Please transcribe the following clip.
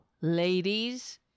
ladies